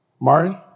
Martin